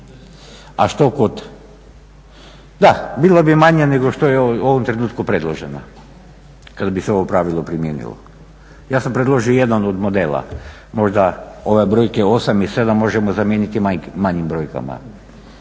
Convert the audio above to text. pada kamata? Da, bila bi manje nego što je u ovom trenutku predložena kad bi se ovo pravilo primijenilo. Ja sam predložio jedan od modela, možda ove brojke 8 i 7 možemo zamijeniti manjim brojkama.